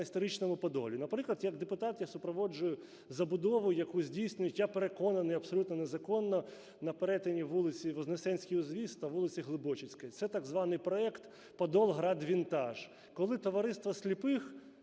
історичному Подолі. Наприклад, як депутат я супроводжую забудову, яку здійснюють, я переконаний, абсолютно незаконно на перетині вулиць Вознесенський узвіз та вулиці Глибочицької. Це так званий проект "Поділ Град Вінтаж". Коли Товариство сліпих